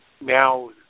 Now